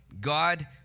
God